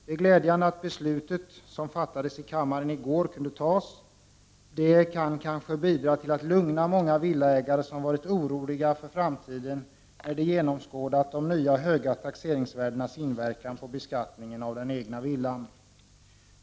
Det är glädjande att vi kunde fatta beslutet i denna fråga i kammaren i går. Det kan kanske bidra till att lugna många villaägare som varit oroliga inför framtiden när de genomskådat de nya höga taxeringsvärdenas inverkan på beskattningen av den egna villan.